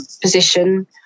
position